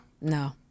No